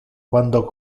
quando